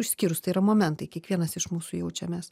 išskyrus tai yra momentai kiekvienas iš mūsų jaučiamės